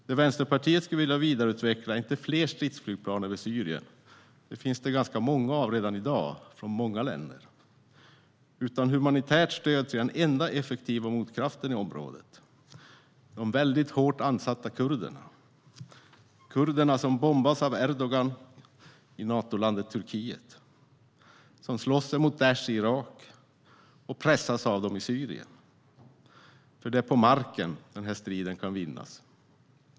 Det Vänsterpartiet skulle vilja vidareutveckla är inte fler stridsflygplan över Syrien - det finns det redan i dag ganska många av från många länder - utan humanitärt stöd till den enda effektiva motkraften i området: de mycket hårt ansatta kurderna, som bombas av Erdogan i Natolandet Turkiet, slåss emot Daish i Irak och pressas av dem i Syrien, för det är på marken som den här striden kan vinnas.